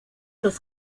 los